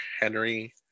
Henry